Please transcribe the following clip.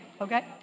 Okay